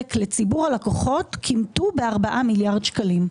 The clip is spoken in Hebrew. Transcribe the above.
הנזק לציבור הלקוחות כימתו ב-4 מיליארד שקלים.